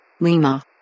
Lima